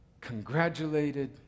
congratulated